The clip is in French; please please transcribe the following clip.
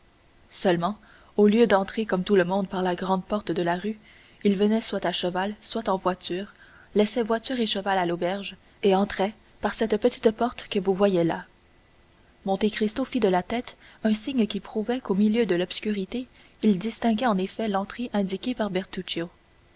seulement au lieu d'entrer comme tout le monde par la grande porte de la rue il venait soit à cheval soit en voiture laissait voiture ou cheval à l'auberge et entrait par cette petite porte que vous voyez là monte cristo fit de la tête un signe qui prouvait qu'au milieu de l'obscurité il distinguait en effet l'entrée indiquée par